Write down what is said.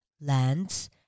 lands